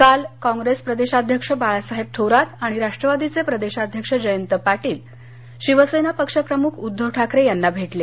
काल काँग्रेस प्रदेशाध्यक्ष बाळासाहेब थोरात आणि राष्टवादीचे प्रदेशाध्यक्ष जयंत पाटील शिवसेना पक्षप्रमुख उद्धव ठाकरे यांना भेटले